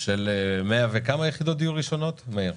של 100 כמה יחידות דיור ראשונות, מאיר?